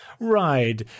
right